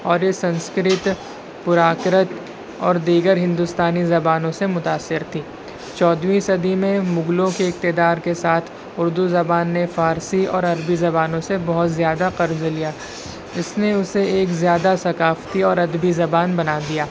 اور یہ سنسکرت پراکرت اور دیگر ہندوستانی زبانوں سے متاثر تھی چودویں صدی میں مغلوں کے اقتدار کے ساتھ اردو زبان نے فارسی اور عربی زبانوں سے بہت زیادہ قرض لیا اس نے اسے ایک زیادہ ثقافتی اور ادبی زبان بنا دیا